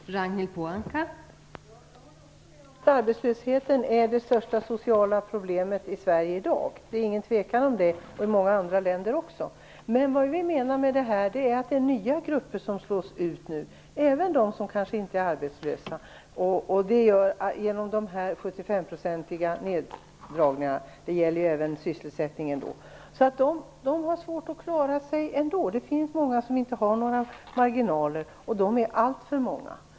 Fru talman! Jag håller med om att arbetslösheten är det största sociala problemet i Sverige i dag. Det är ingen tvekan om det. Det gäller också i många andra länder. Men vi menar att det är nya grupper som slås ut nu genom nerdragningen till 75 %, även de som kanske inte är arbetslösa,. Det gäller även sysselsättningen. Man har svårt att klara sig. Det finns många som inte har några marginaler, och de är alltför många.